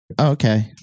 okay